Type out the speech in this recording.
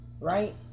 right